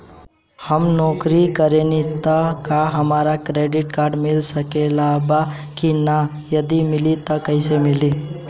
हम नौकरी करेनी त का हमरा क्रेडिट कार्ड मिल सकत बा की न और यदि मिली त कैसे मिली?